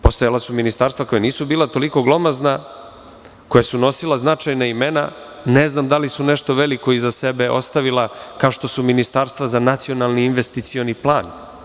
Postojala su ministarstva koja nisu bila toliko glomazna, koja su nosila značajna imena, ne znam da li su nešto veliko iza sebe ostavila, kao što su ministarstva za nacionalni investicioni plan.